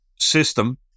system